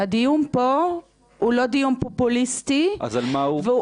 מוזמן לצאת החוצה ולקחת רמקול וגם מיקרופון מכאן --- אוקיי,